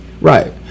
Right